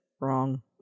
Wrong